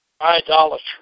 idolatry